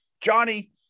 Johnny